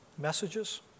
messages